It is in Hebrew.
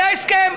היה הסכם,